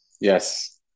Yes